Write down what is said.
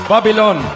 Babylon